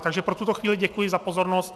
Takže pro tuto chvíli děkuji za pozornost.